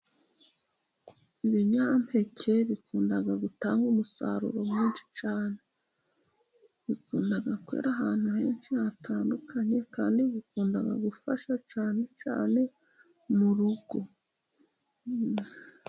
Ibinyampeke bikunda gutanga umusaruro mwinshi cyane, bikunda kwera ahantu henshi hatandukanye kandi bikunda gufasha cyane cyane mu rugo.